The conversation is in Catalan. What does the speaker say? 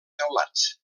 teulats